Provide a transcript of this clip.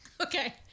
Okay